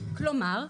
כלומר,